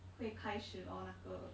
会开始 lor 那个